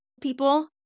people